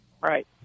Right